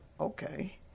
okay